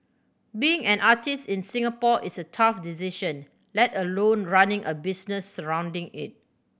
being an artist in Singapore is a tough decision let alone running a business surrounding it